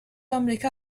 امریکا